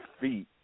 feet